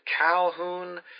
Calhoun